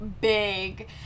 big